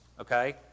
okay